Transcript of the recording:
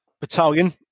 battalion